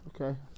okay